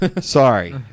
Sorry